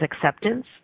acceptance